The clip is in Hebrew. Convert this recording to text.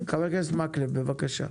חבר הכנסת מקלב, בבקשה.